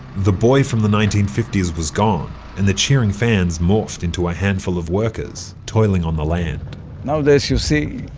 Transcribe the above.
the boy from the nineteen fifty s was gone and the cheering fans morphed into a handful of workers toiling on the land nowadays, you see,